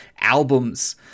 albums